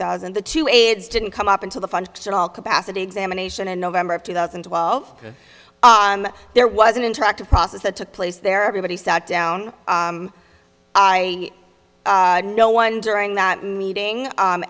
thousand the two aids didn't come up until the functional capacity examination in november of two thousand and twelve there was an interactive process that took place there everybody sat down i no one during that meeting